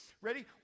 ready